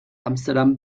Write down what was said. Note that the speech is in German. amsterdam